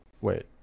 Wait